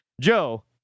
Joe